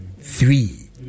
three